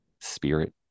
spirit